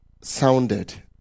sounded